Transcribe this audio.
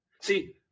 see